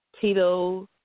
Tito